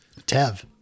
Tev